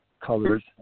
colors